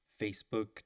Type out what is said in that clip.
facebook